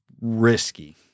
risky